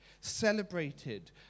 Celebrated